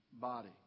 body